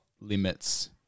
limits